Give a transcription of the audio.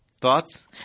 Thoughts